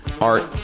art